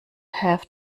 have